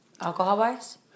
alcohol-wise